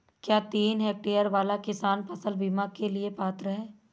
क्या तीन हेक्टेयर वाला किसान फसल बीमा के लिए पात्र हैं?